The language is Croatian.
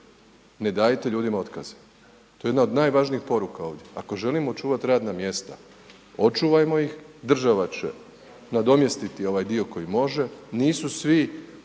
ne dajte ljudima otkaze. To je jedna od najvažnijih poruka ovdje. Ako želimo očuvati radna mjesta očuvajmo ih, država će nadomjestiti ovaj dio koji može,